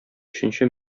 өченче